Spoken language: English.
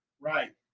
Right